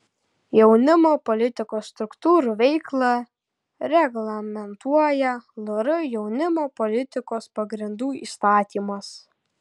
jaunimo politikos struktūrų veiklą reglamentuoja lr jaunimo politikos pagrindų įstatymas